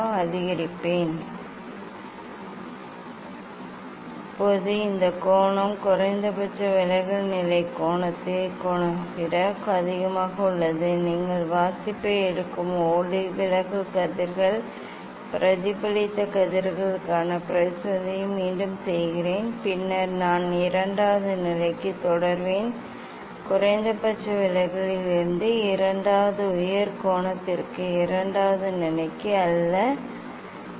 இப்போது பிரதிபலித்த ஒளிவிலகல் ஒரு தொடக்கமானது தலைகீழாக மாறுவது என்றால் நான் மாற்றுவதற்கான குறைந்தபட்ச விலகலின் நிலையில் நான் இருக்கிறேன் இப்போது இதை வேறு வழியில் நகர்த்துகிறது இப்போது இந்த கோணம் குறைந்தபட்ச விலகல் நிலை கோணத்தின் கோணத்தை விட அதிகமாக உள்ளது நீங்கள் வாசிப்பை எடுக்கும் ஒளிவிலகல் கதிர்கள் பிரதிபலித்த கதிர்களுக்கான பரிசோதனையை மீண்டும் செய்கிறேன் பின்னர் நான் இரண்டாவது நிலைக்கு தொடருவேன் குறைந்தபட்ச விலகலில் இருந்து இரண்டாவது உயர் கோணத்திற்கு இரண்டாவது நிலைக்கு அல்ல நிலை